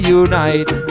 unite